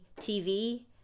tv